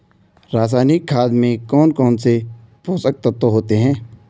रासायनिक खाद में कौन कौन से पोषक तत्व होते हैं?